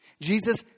Jesus